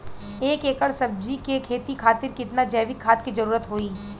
एक एकड़ सब्जी के खेती खातिर कितना जैविक खाद के जरूरत होई?